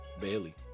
Bailey